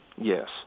Yes